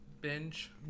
binge